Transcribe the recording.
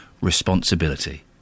responsibility